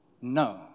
No